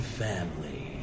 family